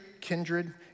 kindred